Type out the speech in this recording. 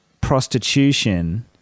prostitution